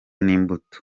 n’imbuto